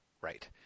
Right